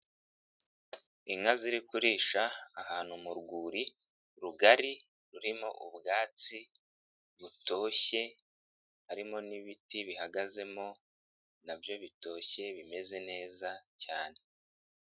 Inka ziri kurisha ahantu mu rwuri rugari rurimo ubwatsi butoshye, harimo n'ibiti bihagazemo na byo bitoshye bimeze neza cyane.